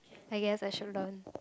I guess I should learn